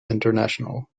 international